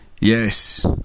yes